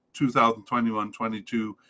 2021-22